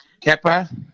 Kappa